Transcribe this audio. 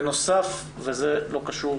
בנוסף וזה לא קשור,